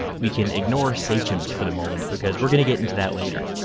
we can ignore sachems for the moment because we're gonna get into that later.